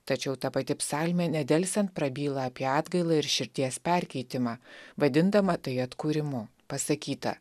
tačiau ta pati psalmė nedelsiant prabyla apie atgailą ir širdies perkeitimą vadindama tai atkūrimu pasakyta